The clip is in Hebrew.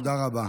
תודה רבה,